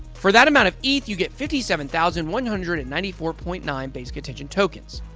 for that amount of eth, you get fifty seven thousand one hundred and ninety four point nine basic attention tokens.